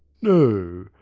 no,